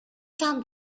came